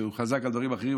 הוא חזק על דברים אחרים,